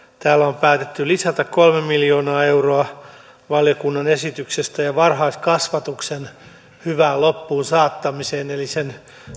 täällä on päätetty lisätä kolme miljoonaa euroa valiokunnan esityksessä ja varhaiskasvatuksen hyvään loppuunsaattamiseen eli sen